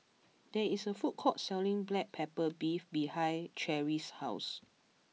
there is a food court selling Black Pepper Beef behind Cherry's house